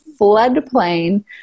floodplain